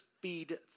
feed